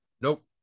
nope